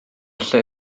lle